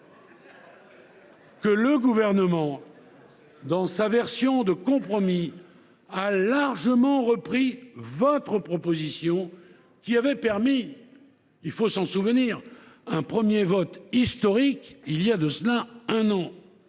que le Gouvernement, dans sa version de compromis, a largement repris votre proposition, qui avait permis – il faut s’en souvenir – un premier vote historique il y a un an.